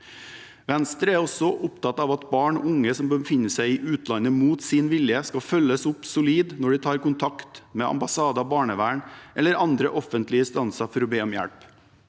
Venstre er også opptatt av at barn og unge som befinner seg i utlandet mot sin vilje, skal følges solid opp når de tar kontakt med ambassader, barnevern eller andre offentlige instanser for å be om hjelp.